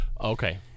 Okay